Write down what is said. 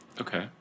Okay